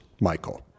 Michael